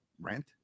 rent